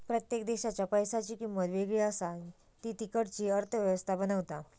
प्रत्येक देशाच्या पैशांची किंमत वेगळी असा ती तिकडची अर्थ व्यवस्था बनवता